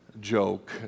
joke